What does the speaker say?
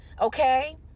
Okay